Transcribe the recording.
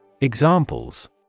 Examples